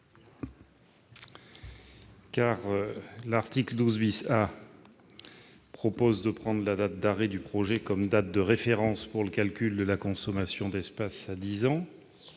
? L'article 12 A prévoit de prendre la date d'arrêt du projet comme date de référence pour le calcul de la consommation d'espace à dix ans.